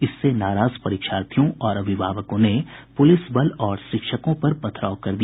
इससे नाराज परीक्षार्थियों और अभिभावकों ने पुलिस बल और शिक्षकों पर पथराव कर दिया